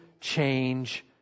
change